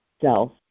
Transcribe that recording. self